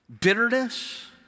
bitterness